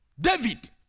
David